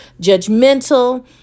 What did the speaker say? judgmental